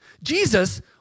Jesus